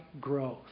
growth